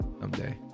someday